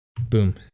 Boom